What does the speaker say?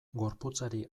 gorputzari